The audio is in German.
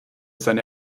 seine